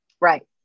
Right